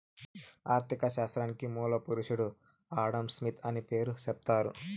ఆర్ధిక శాస్త్రానికి మూల పురుషుడు ఆడంస్మిత్ అనే పేరు సెప్తారు